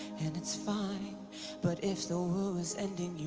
and it's fine but if the world was ending